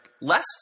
less